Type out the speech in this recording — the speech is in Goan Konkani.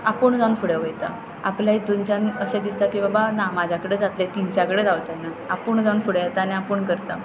आपूण जावन फुडें वयता आपलें हितुनच्यान अशें दिसता की बाबा ना म्हज्या कडेन जातलें तिनच्या कडेन जावचें ना आपूण जावन फुडें येता आनी आपूण करता